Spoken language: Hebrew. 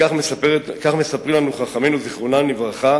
כך מספרים לנו חכמינו זיכרונם לברכה